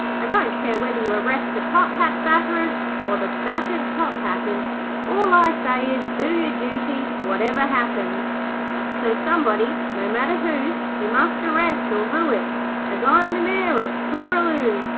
i don't care whether you arrest the top-hat batterers, or the battered top-hatters all i say is, do your duty, whatever happens so somebody, no matter who, you must arrest or rue it as i'm the mayor of tooraloo,